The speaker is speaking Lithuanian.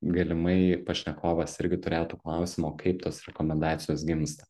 galimai pašnekovas irgi turėtų klausimą o kaip tos rekomendacijos gimsta